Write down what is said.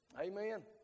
Amen